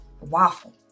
waffle